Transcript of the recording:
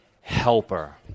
helper